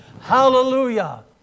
Hallelujah